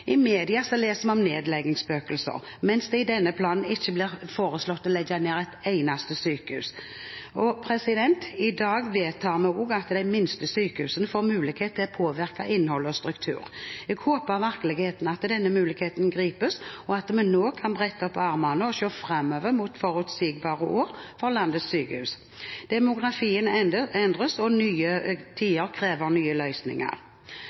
I media leser vi om nedleggingsspøkelser, mens det i denne planen ikke blir foreslått å legge ned ett eneste sykehus. I dag vedtar vi også at de minste sykehusene får mulighet til å påvirke innhold og struktur. Jeg håper virkelig at denne muligheten gripes, og at vi nå kan brette opp ermene og se framover mot forutsigbare år for landets sykehus. Demografien endres, og nye tider krever nye løsninger.